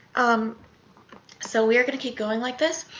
um so we are going to keep going like this.